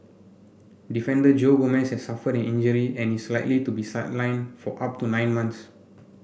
defender Joe Gomez suffered an injury and is likely to be sidelined for up to nine months